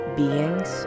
beings